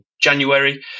January